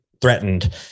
threatened